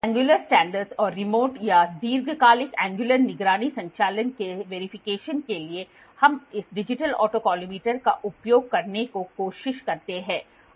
angular standards और remote या दीर्घकालिक एंगयुलर निगरानी संचालन के सत्यापन के लिए हम इस डिजिटल ऑटोकॉलमेटर का उपयोग करने की कोशिश करते हैं